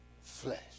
flesh